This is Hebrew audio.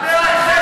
תודה רבה.